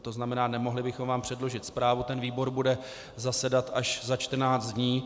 To znamená, nemohli bychom vám předložit zprávu, výbor bude zasedat až za 14 dní.